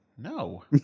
No